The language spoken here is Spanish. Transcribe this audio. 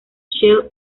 shell